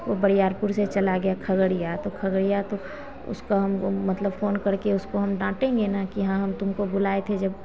ओ बैयारपुर से चला गया खगड़िया तो खगड़िया तो उसका हमको मतलब फोन करके उसको हम डाटेंगे न कि हाँ हम तुमको बुलाए थे जब